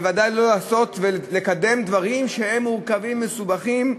וודאי לא לעשות ולקדם דברים שהם מורכבים ומסובכים,